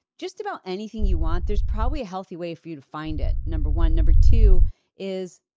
just about anything you want, there's probably a healthy way for you to find it number one. number two is,